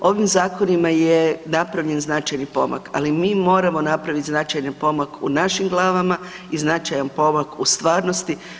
Ovim zakonima je napravljen značajan pomak, ali mi moramo napraviti značajni pomak u našim glavama i značajan pomak u stvarnosti.